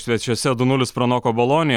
svečiuose du nulis pranoko boloniją